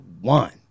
one